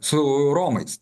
su romais